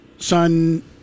son